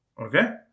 Okay